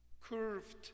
curved